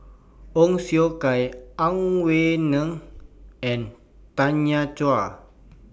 Ong Siong Kai Ang Wei Neng and Tanya Chua